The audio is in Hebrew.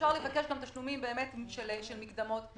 ואפשר גם לבקש תשלומים של מקדמות.